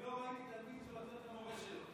אני לא ראיתי תלמיד שעוצר את המורה שלו.